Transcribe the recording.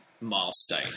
milestone